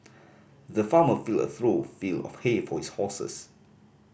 the farmer filled a through fill of hay for his horses